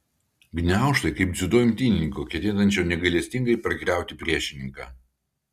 gniaužtai kaip dziudo imtynininko ketinančio negailestingai pargriauti priešininką